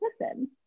listen